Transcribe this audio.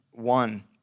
One